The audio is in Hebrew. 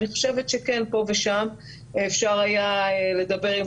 אני חושבת שכן פה ושם אפשר היה לדבר עם